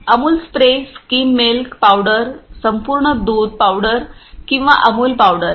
Amul spray skim milk powder संपूर्ण दूध powder किंवा अमूल्य पावडर